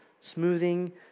smoothing